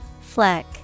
Fleck